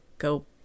go